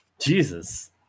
Jesus